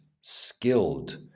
skilled